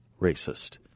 racist